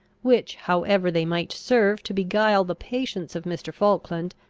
which, however they might serve to beguile the patience of mr. falkland,